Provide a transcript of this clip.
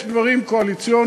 יש דברים קואליציוניים,